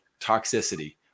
toxicity